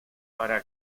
para